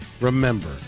remember